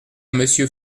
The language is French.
monsieur